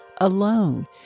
alone